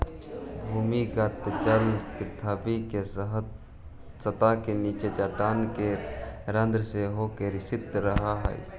भूमिगत जल पृथ्वी के सतह के नीचे चट्टान के रन्ध्र से होके रिसित रहऽ हई